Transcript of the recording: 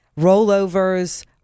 rollovers